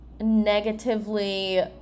negatively